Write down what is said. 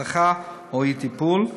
הזנחה או אי-טיפול,